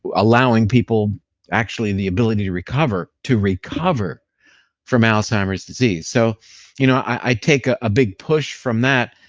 ah allowing people actually the ability to recover, to recover from alzheimer's disease. so you know i take ah a big push from that.